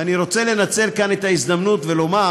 ואני רוצה לנצל כאן את ההזדמנות ולומר,